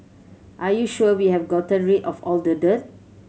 are you sure we have gotten rid of all the dirt